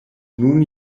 nun